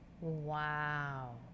Wow